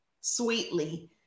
sweetly